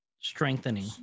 strengthening